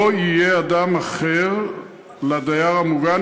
לא יהיה אדם אחר לדייר המוגן,